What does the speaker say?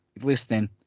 listening